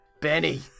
Benny